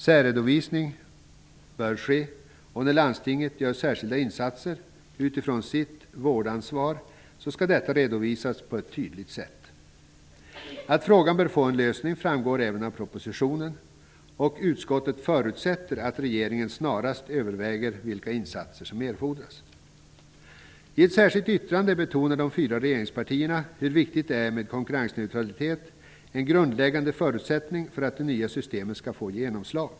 Särredovisning bör ske, och när landstinget gör särskilda insatser utifrån sitt vårdansvar skall detta redovisas på ett tydligt sätt. Att frågan bör få en lösning framgår även av propositionen, och utskottet förutsätter att regeringen snarast överväger vilka insatser som erfordras. I ett särskilt yttrande betonar de fyra regeringspartierna hur viktigt det är med konkurrensneutralitet, en grundläggande förutsättning för att det nya systemet skall få genomslag.